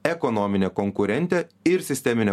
ekonominę konkurentę ir sisteminė